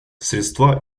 средства